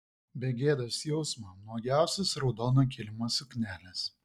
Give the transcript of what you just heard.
be gėdos jausmo nuogiausios raudono kilimo suknelės